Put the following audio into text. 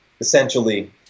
essentially